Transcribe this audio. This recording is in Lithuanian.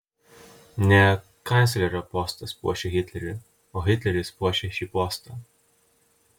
ne kanclerio postas puošia hitlerį o hitleris puošia šį postą